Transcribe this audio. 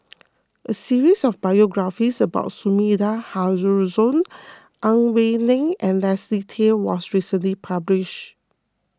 a series of biographies about Sumida Haruzo Ang Wei Neng and Leslie Tay was recently published